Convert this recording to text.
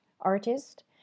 artist